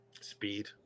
Speed